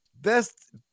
best